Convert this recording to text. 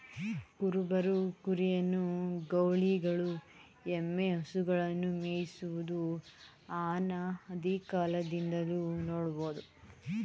ಕುರುಬರು ಕುರಿಯನ್ನು, ಗೌಳಿಗಳು ಎಮ್ಮೆ, ಹಸುಗಳನ್ನು ಮೇಯಿಸುವುದು ಅನಾದಿಕಾಲದಿಂದಲೂ ನೋಡ್ಬೋದು